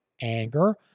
anger